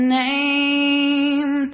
name